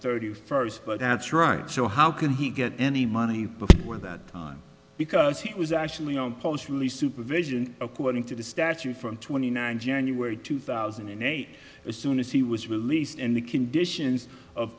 thirty first but that's right so how can he get any money but why that time because he was actually on post from the supervision according to the statute from twenty nine january two thousand and eight as soon as he was released and the conditions of